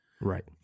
Right